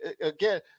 again